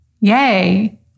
yay